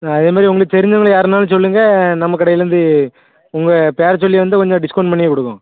அதேமாதிரி உங்களுக்கு தெரிஞ்சவங்களை யாருன்னாலும் சொல்லுங்கள் நம்ம கடையிலருந்து உங்கள் பேரை சொல்லி வந்து கொஞ்சம் டிஸ்கவுண்ட் பண்ணியே கொடுக்குறோம்